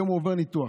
עובר ניתוח.